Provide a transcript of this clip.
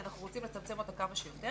אנחנו רוצים לצמצם אותה כמה שיותר.